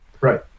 Right